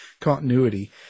continuity